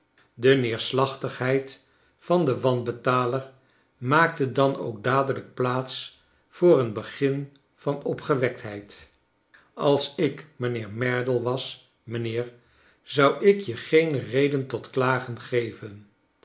de neerslachtigheid van den wanbetaler maakte dan ook dadelijk plaats voor een begin van opgewektheid als ik mijnheer merdle was mijnheer zou ik je geen reden tot klagen geven